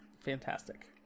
fantastic